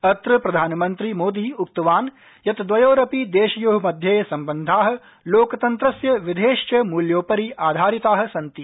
अत्र प्रधानमन्त्री मोदी उक्तवान् यत् द्वयोरपि देशयोः मध्ये सम्बन्धाः लोकतन्त्रस्य विधेश मूल्योपरि आधारिताः सन्ति